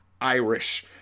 Irish